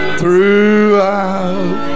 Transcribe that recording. throughout